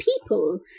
people